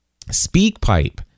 SpeakPipe